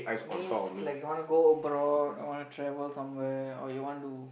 means like you wanna go abroad you wanna travel somewhere or you want to